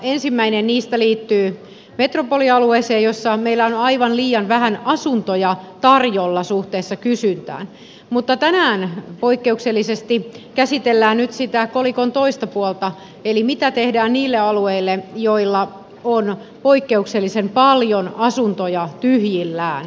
ensimmäinen niistä liittyy metropolialueeseen jolla meillä on aivan liian vähän asuntoja tarjolla suhteessa kysyntään mutta tänään poikkeuksellisesti käsitellään nyt sitä kolikon toista puolta eli mitä tehdään niille alueille joilla on poikkeuksellisen paljon asuntoja tyhjillään